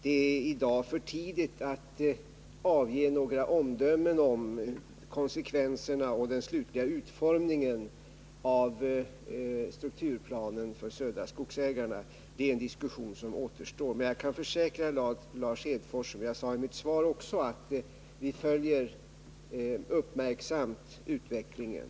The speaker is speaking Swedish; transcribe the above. Det är i dag för tidigt att fälla några omdömen om konsekvenserna i detta avseende samt om den slutliga utformningen av strukturplanen för Södra Skogsägarna. Den diskussionen återstår. Men jag kan försäkra Lars Hedfors — och jag har också nämnt det i mitt svar — att vi uppmärksamt följer utvecklingen.